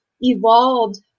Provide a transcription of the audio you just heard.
evolved